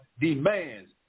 demands